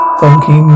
funky